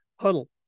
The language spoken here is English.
Huddle